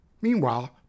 Meanwhile